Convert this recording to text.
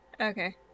Okay